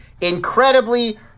incredibly